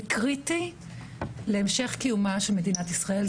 זה קריטי להמשך קיומה של מדינת ישראל.